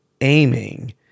aiming